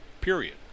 Period